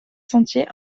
sentiers